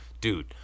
dude